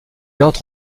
entre